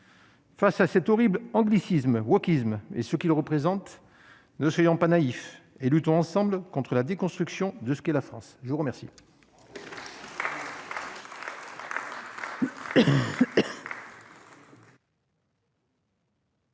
Face à cette horrible anglicisme wokisme et ce qu'il représente ne soyons pas naïfs et luttons ensemble contre la déconstruction de ce qu'est la France, je vous remercie.